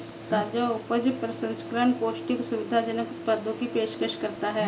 ताजा उपज प्रसंस्करण पौष्टिक, सुविधाजनक उत्पादों की पेशकश करता है